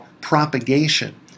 propagation